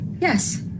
Yes